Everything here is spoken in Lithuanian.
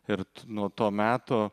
ir nuo to meto